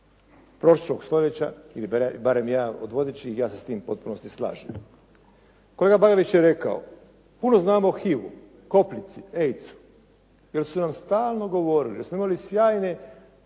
prošlog stoljeća ili barem jedan od vodećih i ja se s tim u potpunosti slažem. Kolega Bagarić je rekao, puno znamo o HIV-u, koprici, AIDS-u jer su nam stalno govorili, jer smo imali sjajno